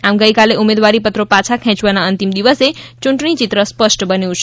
આમ ગઇકાલે ઉમેદવારીપત્રો પાછા ખેંચવાના અંતિમ દિવસે ચૂંટણી ચિત્ર સ્પષ્ટ બન્યું છે